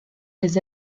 les